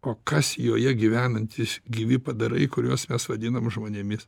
o kas joje gyvenantys gyvi padarai kuriuos mes vadinam žmonėmis